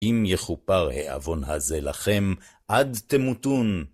אם יכופר העוון הזה לכם, עד תמותון.